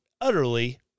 utterly